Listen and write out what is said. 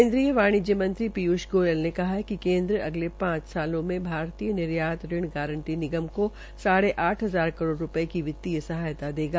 केन्द्रीय वाणिज्य मंत्री पीयूष गोयल ने कहा है कि केन्द्र अगले पांच वर्षो में भारतीय निर्यात ऋण गारंटी निगम से साढ़े आठ हजार करोड़ की वित्तीय सहायता देगा